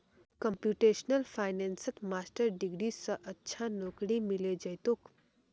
computational फाइनेंसत master degree स अच्छा नौकरी मिले जइ तोक